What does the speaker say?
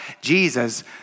Jesus